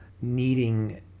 needing